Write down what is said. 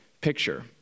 picture